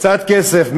קצת כסף.